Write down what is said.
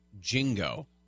Jingo